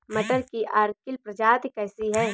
मटर की अर्किल प्रजाति कैसी है?